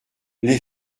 les